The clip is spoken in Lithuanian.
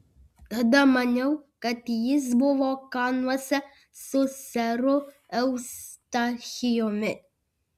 tada maniau kad jis buvo kanuose su seru eustachijumi